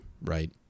right